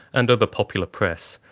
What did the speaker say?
and other popular press.